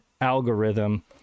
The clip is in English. algorithm